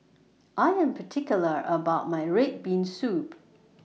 I Am particular about My Red Bean Soup